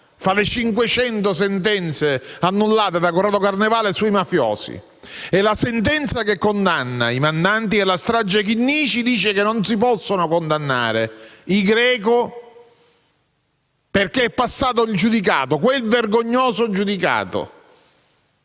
di mafiosi annullate da Corrado Carnevale. La sentenza che condanna i mandanti della strage Chinnici dice che non si possono condannare i Greco, perché è passato il giudicato: quel vergognoso giudicato.